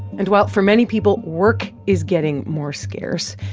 and while for many people work is getting more scarce,